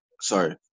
sorry